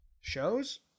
shows